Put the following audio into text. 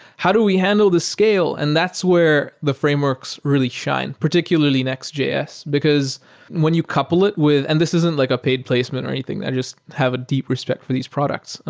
how do we handle this scale? and that's where the frameworks really shine, particularly nextjs, because when you couple it with and this isn't like a paid placement or anything. i just have a deep respect for these products.